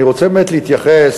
אני רוצה באמת להתייחס,